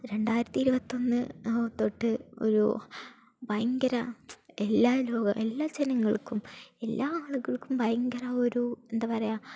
രണ്ടായിരത്തി ഇരുപത്തൊന്ന് തൊട്ട് ഒരു ഭയങ്കര എല്ലാ എല്ലാ ജനങ്ങൾക്കും എല്ലാ ആളുകൾക്കും ഭയങ്കര ഒരു എന്താ പറയുക